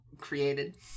created